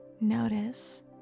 notice